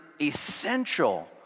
essential